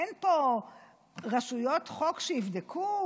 אין פה רשויות חוק שיבדקו?